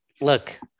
look